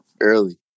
early